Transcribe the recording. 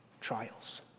trials